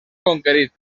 conquerit